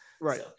Right